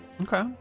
okay